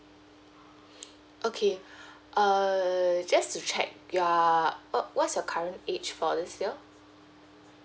okay err just to check you are err what's your current age for this year